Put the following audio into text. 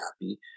happy